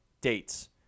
dates